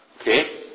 Okay